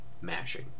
mashing